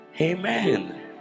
Amen